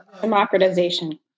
Democratization